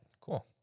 cool